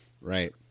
Right